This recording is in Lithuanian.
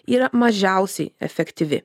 yra mažiausiai efektyvi